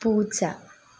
പൂച്ച